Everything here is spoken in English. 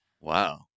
Wow